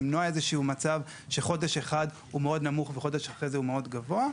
למנוע מצב בו חודש אחד הוא מאוד נמוך וחודש אחרי זה הוא מאוד גבוה.